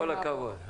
כל הכבוד.